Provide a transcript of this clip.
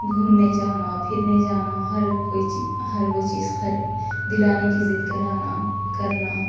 گھومنے جانا پھرنے جانا ہر کوئی چیز ہر وہ چیز خرید دلانے کی ضد کرانا کرنا